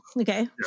okay